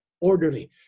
orderly